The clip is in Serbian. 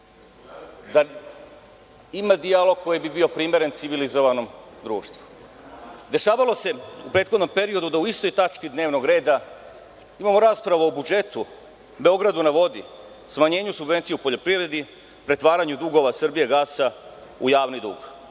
da ima dijalog koji bi bio primeren civilizovanom društvu.Dešavalo se u prethodnom periodu da o istoj tačci dnevnog reda imamo raspravu o budžetu, o „Beogradu na vodi“, smanjenju subvencija u poljoprivredi, pretvaranju dugova „Srbijagasa“ u javni dug.